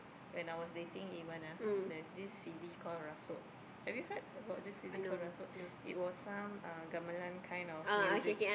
when I was dating Iwan ah there is this C_D call rasuk have you heard about this C_D called rasuk it was some uh gamelan kind of music